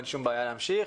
אין שום בעיה להמשיך,